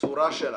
הצורה שלה.